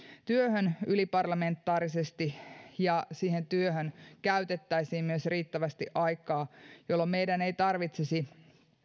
työhön yliparlamentaarisesti ja siihen työhön käytettäisiin myös riittävästi aikaa jolloin meidän ei tarvitsisi